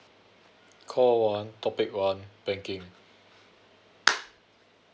call one topic one banking